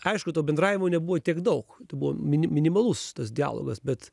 aišku to bendravimo nebuvo tiek daug ten buvo mini minimalus tas dialogas bet